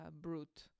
brute